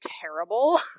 terrible